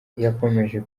yakomeje